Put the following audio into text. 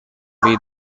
big